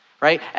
Right